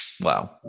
Wow